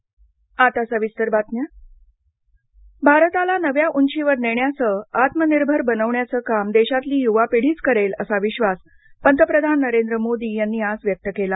राष्ट्रीय यवा संसद भारताला नव्या उंचीवर नेण्याचं आत्मनिर्भर बनवण्याचं काम देशातली युवा पिढीच करेल असा विश्वास पंतप्रधान नरेंद्र मोदी यांनी आज व्यक्त केला